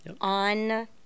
on